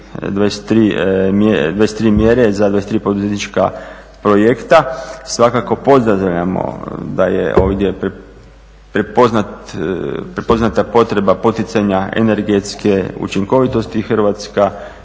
23 mjere za 23 poduzetnička projekta. Svakako pozdravljamo da je ovdje prepoznata potreba poticanja energetske učinkovitosti. Hrvatska